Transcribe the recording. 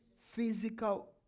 physical